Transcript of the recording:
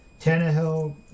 Tannehill